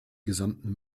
gesamten